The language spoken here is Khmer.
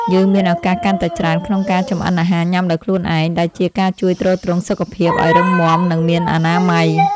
យើងមានឱកាសកាន់តែច្រើនក្នុងការចម្អិនអាហារញ៉ាំដោយខ្លួនឯង ដែលជាការជួយទ្រទ្រង់សុខភាពឱ្យរឹងមាំនិងមានអនាម័យ។